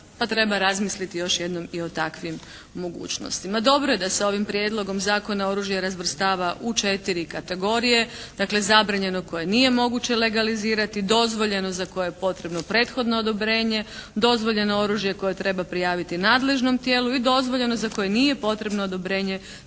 pa treba razmisliti još jednom i o takvim mogućnostima. No dobro je da se ovim Prijedlogom zakona oružje razvrstava u 4 kategorije. Dakle zabranjeno koje nije moguće legalizirati, dozvoljeno za koje je potrebno prethodno odobrenje, dozvoljeno oružje koje treba prijaviti nadležnom tijelu i dozvoljeno za koje nije potrebno odobrenje